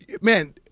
man